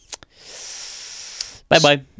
Bye-bye